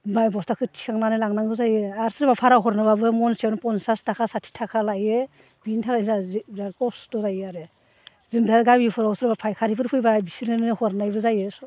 ओमफ्राय बस्थाखो थिखांनानै लांनांगौ जायो आरो सोरबा भारा हरनोबाबो मनसेयावनो पन्सास थाखा साथि थाखा लायो बिनि थाखायनो बिराद खस्थ' जायो आरो जों दा गामिफोराव सोरबा फाइखारिफोर फैब्ला बिसोरनोनो हरनायबो जायो